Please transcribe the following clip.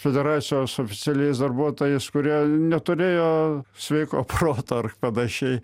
federacijos oficialiais darbuotojais kurie neturėjo sveiko proto ar panašiai